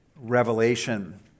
Revelation